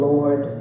Lord